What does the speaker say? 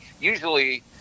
Usually